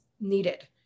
needed